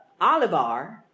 Olivar